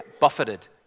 Buffeted